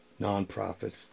nonprofits